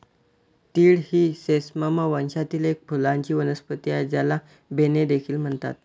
तीळ ही सेसमम वंशातील एक फुलांची वनस्पती आहे, ज्याला बेन्ने देखील म्हणतात